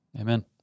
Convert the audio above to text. Amen